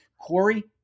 Corey